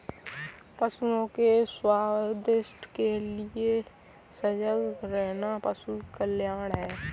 पशुओं के स्वास्थ्य के लिए सजग रहना पशु कल्याण है